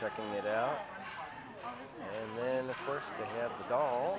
checking it out and then the first